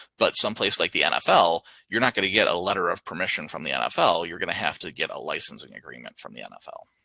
but someplace like the nfl, you're not gonna get a letter of permission from the nfl. you're gonna have to get a licensing agreement from the nfl.